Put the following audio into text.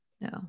No